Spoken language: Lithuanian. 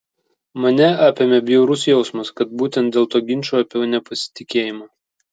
mane apėmė bjaurus jausmas kad būtent dėl to ginčo apie nepasitikėjimą